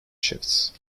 shifts